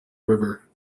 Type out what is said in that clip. river